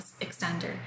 extender